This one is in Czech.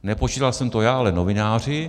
Nepočítal jsem to já, ale novináři.